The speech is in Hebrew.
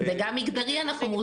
וגם מגדרית אנחנו מאוזנים.